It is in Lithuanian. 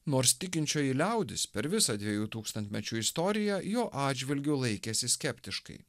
nors tikinčioji liaudis per visą dviejų tūkstantmečių istoriją jo atžvilgiu laikėsi skeptiškai